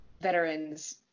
veterans